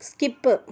skip